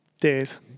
days